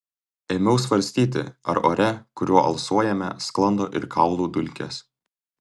ėmiau svarstyti ar ore kuriuo alsuojame sklando ir kaulų dulkės